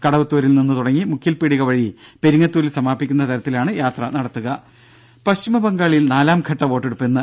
കടവത്തൂരിൽനിന്ന് മുക്കിൽപീടിക തുടങ്ങി വഴി പെരിങ്ങത്തൂരിൽ സമാപിക്കുന്ന തരത്തിലാണ് യാത്ര നടത്തുക രും പശ്ചിമബംഗാളിൽ നാലാംഘട്ട വോട്ടെടുപ്പ് ഇന്ന്